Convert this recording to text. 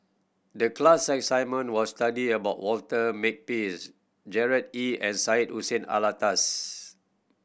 the class assignment was study about Walter Makepeace Gerard Ee and Syed Hussein Alatas